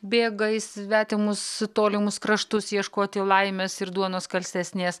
bėga į svetimus tolimus kraštus ieškoti laimės ir duonos skalsesnės